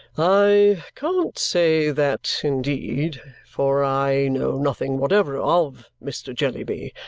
i can't say that, indeed, for i know nothing whatever of mr. jellyby.